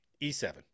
E7